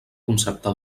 concepte